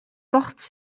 portent